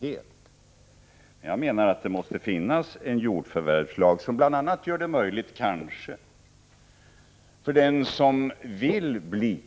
Men jag menar alltså att det måste finnas en jordförvärvslag som bl.a. gör det möjligt för den som vill bli